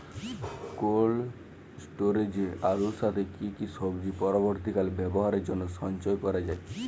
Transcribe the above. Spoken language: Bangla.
কোল্ড স্টোরেজে আলুর সাথে কি কি সবজি পরবর্তীকালে ব্যবহারের জন্য সঞ্চয় করা যায়?